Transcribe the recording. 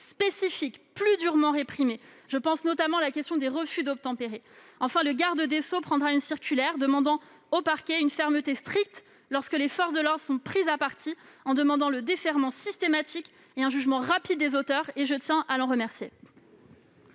délits spécifiques plus durement réprimés. Je pense notamment à la question des refus d'obtempérer. Enfin, le garde des sceaux prendra une circulaire demandant au parquet une fermeté stricte lorsque les forces de l'ordre sont prises à partie, qui s'exercera par un défèrement systématique et un jugement rapide des auteurs. Je tiens à l'en remercier.